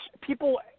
People